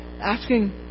asking